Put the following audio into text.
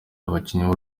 abakinnyi